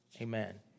amen